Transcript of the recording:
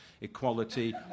equality